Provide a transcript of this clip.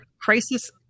Crisis